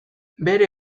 bere